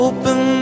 Open